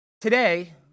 today